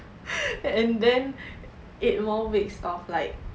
and then eight more weeks of like